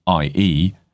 IE